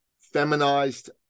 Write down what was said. feminized